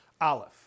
Aleph